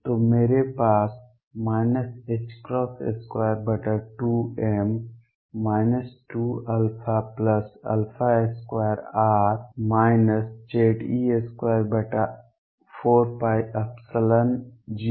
तो मेरे पास 22m 2α2r Ze24π0rEr